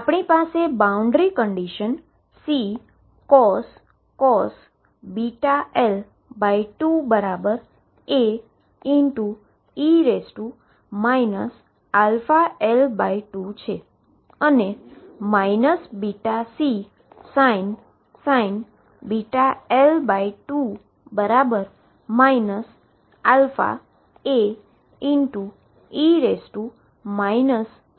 આપણી પાસે boundary condition Ccos βL2 Ae αL2 છે અને βCsin βL2